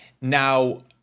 Now